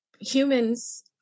humans